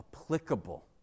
Applicable